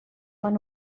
van